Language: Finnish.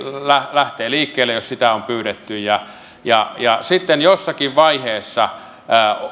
lähtee liikkeelle jos sitä on pyydetty sitten jossakin vaiheessa